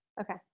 Okay